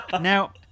Now